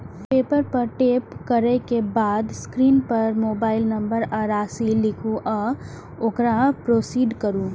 पे पर टैप करै के बाद स्क्रीन पर मोबाइल नंबर आ राशि लिखू आ ओकरा प्रोसीड करू